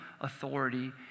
authority